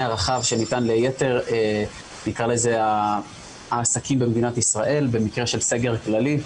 הרחב שניתן לייתר העסקים במדינת ישראל במקרה של סגר כללי.